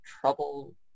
trouble